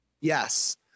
Yes